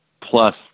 plus